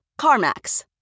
CarMax